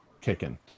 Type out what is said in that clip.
kicking